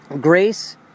grace